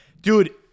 Dude